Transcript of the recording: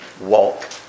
walk